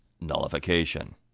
nullification